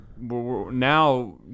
now